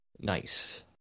Nice